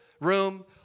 room